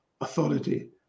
authority